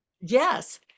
Yes